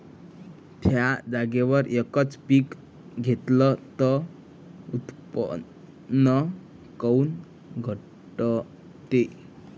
थ्याच जागेवर यकच पीक घेतलं त उत्पन्न काऊन घटते?